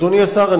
אדוני השר,